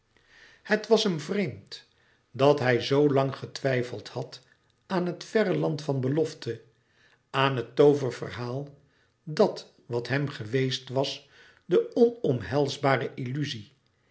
het was hem vreemd dat hij zo lang getwijfeld had aan het verre land van belofte aan het tooververhaal dàt wat hem geweest was de onomhelsbare illuzie